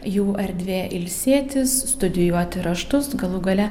jų erdvė ilsėtis studijuoti raštus galų gale